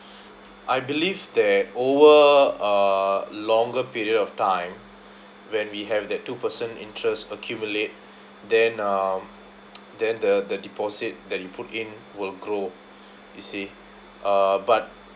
I believe that over a longer period of time when we have that two percent interest accumulate then um then the the deposit that you put in will grow you see uh but